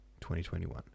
2021